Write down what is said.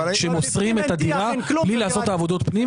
שמוסרים את הדירה מבלי לעשות את עבודות הפנים,